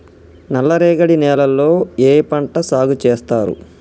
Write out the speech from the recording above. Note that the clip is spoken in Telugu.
నల్లరేగడి నేలల్లో ఏ పంట సాగు చేస్తారు?